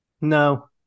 No